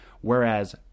Whereas